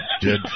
dead